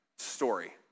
Story